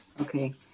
Okay